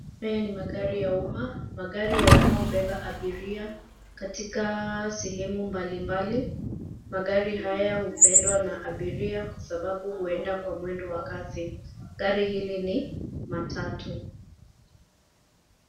Haya ni magari ya umma. Magari ya umma hubeba abiria katika sehemu mbalimbali. Magari haya hupendwa na abiria kwa sababu huenda kwa mwendo wa kasi. Gari hili ni matatu.